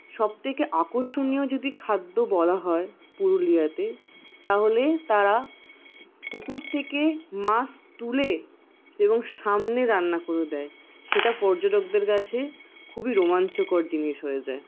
সবথেকে আকর্ষণীয় যদি খাদ্য বলা হয় পুরুলিয়াতে তাহলে তারা পুকুর থেকে মাছ তুলে এবং সামনে রান্না করে দেয় সেটা পর্যটকদের কাছে খুবই রোমাঞ্চকর জিনিস হয়ে যায়